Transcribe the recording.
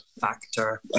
Factor